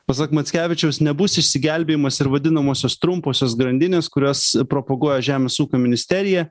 pasak mackevičiaus nebus išsigelbėjimas ir vadinamosios trumposios grandinės kurias propaguoja žemės ūkio ministerija